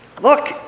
Look